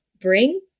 bring